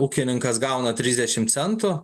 ūkininkas gauna trisdešimt centų